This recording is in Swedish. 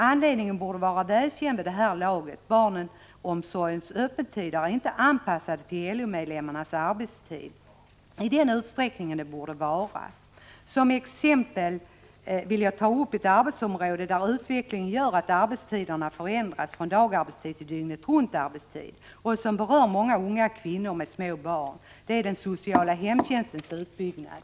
Anledningen borde vara välkänd vid det här laget — barnomsorgens öppettider är inte anpassade till LO-medlemmarnas arbetstider i den utsträckning de borde vara. Som exempel vill jag ta upp ett arbetsområde där utvecklingen gör att arbetstiderna förändras från dagarbetstid till dygnet-runt-arbetstid och som berör många unga kvinnor med små barn. Det är den sociala hemtjänstens utbyggnad.